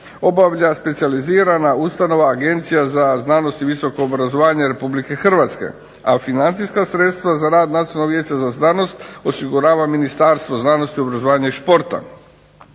obavlja specijalizirana ustanova Agencija za znanost i visoko obrazovanje Republike Hrvatske, a financijska sredstva za rad Nacionalnog vijeća za znanost osigurava Ministarstvo znanosti, obrazovanja i športa.